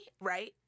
right